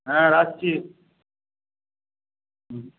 হ্যাঁ রাখছি হুম